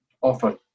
offer